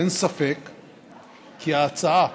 אין ספק כי ההצעה